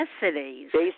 Basic